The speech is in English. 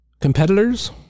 competitors